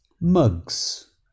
Mugs